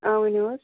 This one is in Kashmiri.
آ ؤنِو حظ